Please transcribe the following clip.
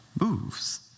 moves